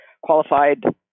Qualified